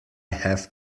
have